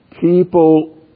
people